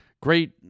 great